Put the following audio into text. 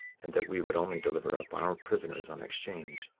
and that we would only deliver up our prisoners on exchange.